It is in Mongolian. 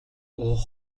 уух